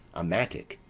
a mattock,